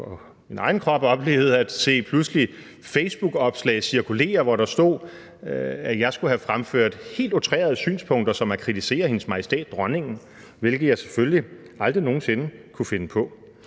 min egen krop oplevet det ved pludselig at se facebookopslag cirkulere, hvor der stod, at jeg skulle have fremført helt outrerede synspunkter som at kritisere Hendes Majestæt Dronningen, hvilket jeg selvfølgelig aldrig nogen sinde kunne finde på.